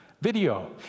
Video